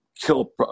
kill